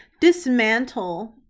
dismantle